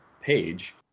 page